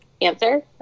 answer